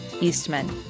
Eastman